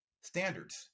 Standards